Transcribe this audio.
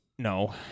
No